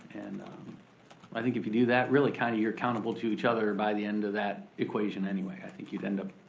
and i think if you do that, really kinda kind of you're accountable to each other by the end of that equation anyway. i think you'd end up